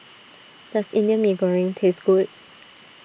does Indian Mee Goreng taste good